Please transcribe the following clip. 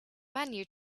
menu